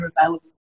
available